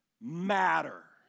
matter